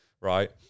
right